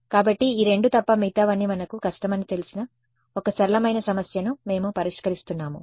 కాబట్టి ఈ రెండు తప్ప మిగతావన్నీ మనకు కష్టమని తెలిసిన ఒక సరళమైన సమస్యను మేము పరిష్కరిస్తున్నాము